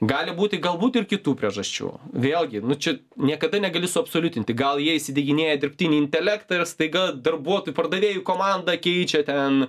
gali būti galbūt ir kitų priežasčių vėlgi nu čia niekada negali suabsoliutinti gal jie įsidieginėja dirbtinį intelektą ir staiga darbuotojų pardavėjų komanda keičia ten